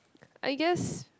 I guess